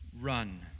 run